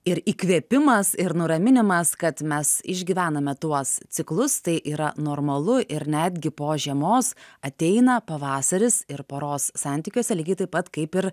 ir įkvėpimas ir nuraminimas kad mes išgyvename tuos ciklus tai yra normalu ir netgi po žiemos ateina pavasaris ir poros santykiuose lygiai taip pat kaip ir